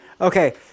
Okay